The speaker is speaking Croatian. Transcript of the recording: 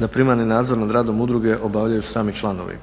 da primarni nadzor nad radom udruge obavljaju sami članovi.